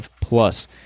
plus